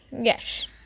Yes